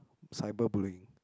cyber bullying